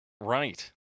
Right